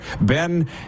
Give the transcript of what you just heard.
Ben